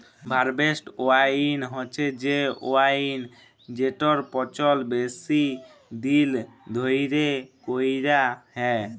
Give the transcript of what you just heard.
harvest wine হছে সে wine যেটর পচল বেশি দিল ধ্যইরে ক্যইরা হ্যয়